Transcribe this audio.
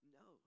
no